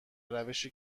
روشی